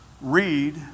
read